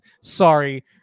Sorry